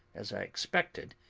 as i expected,